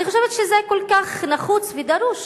אני חושבת שזה כל כך נחוץ ודרוש,